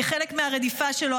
כחלק מהרדיפה שלו,